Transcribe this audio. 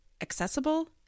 accessible